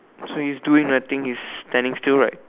so he's doing nothing he's standing still right